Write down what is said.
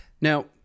Now